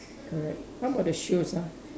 correct how about the shoes ah